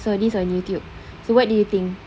I saw this on YouTube so what do you think